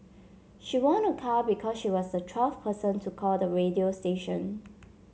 she won a car because she was the twelfth person to call the radio station